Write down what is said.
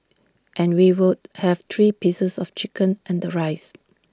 and we would have three pieces of chicken and the rice